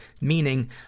Meaning